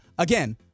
Again